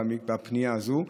בפנייה הזאת,